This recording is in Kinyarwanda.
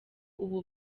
ubu